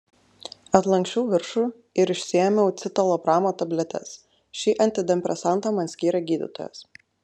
atlanksčiau viršų ir išsiėmiau citalopramo tabletes šį antidepresantą man skyrė gydytojas